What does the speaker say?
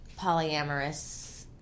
polyamorous